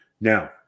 Now –